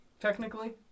technically